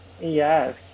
Yes